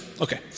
okay